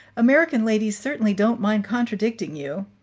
american ladies certainly don't mind contradicting you.